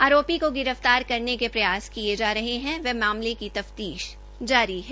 आरोपी को गिरफतार करने के प्रयास किए जा रहे है व मामले की तफतीष जारी है